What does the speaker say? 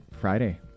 Friday